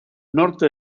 norte